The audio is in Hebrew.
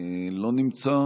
לא נמצא,